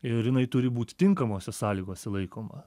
ir jinai turi būti tinkamose sąlygose laikoma